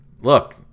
look